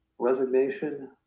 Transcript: resignation